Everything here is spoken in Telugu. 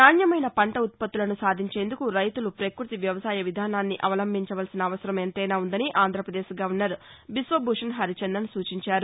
నాణ్యమైన పంట ఉత్పత్తులను సాధించేందుకు రైతులు పక్బతి వ్యవసాయ విధానాన్ని అవలంబించవలసిన అవసరం ఎంతైనా ఉందని ఆంధ్రప్రదేశ్ గవర్నర్ బిశ్వభూషణ్ హరిచందన్ సూచించారు